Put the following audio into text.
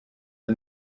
der